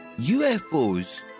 UFOs